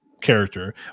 character